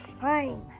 fine